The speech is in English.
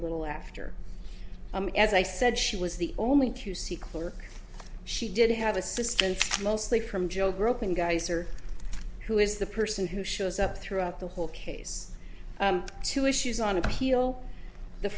little after as i said she was the only q c clerk she did have assistants mostly from joe groping guys or who is the person who shows up throughout the whole case two issues on appeal the